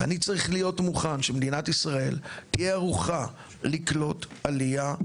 אני צריך להיות מוכן שמדינת ישראל תהיה ערוכה לקלוט עלייה.